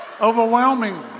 Overwhelming